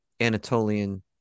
Anatolian